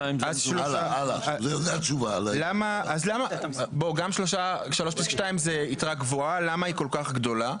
למה היא כל כך גדולה?